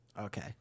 Okay